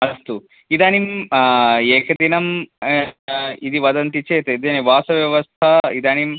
अस्तु इदानीम् एकदिनं इति वदन्ति चेत् तद्दिने वासव्यवस्था इदानीम्